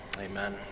Amen